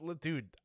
dude